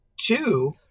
Two